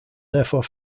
therefore